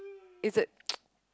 it's a